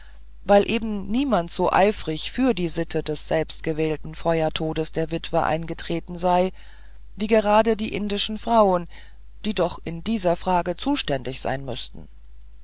weil eben niemand so eifrig für die sitte des selbstgewählten feuertodes der witwen eingetreten sei wie gerade die indischen frauen die doch in dieser frage zuständig sein müßten